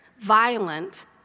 violent